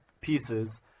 pieces